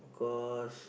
cause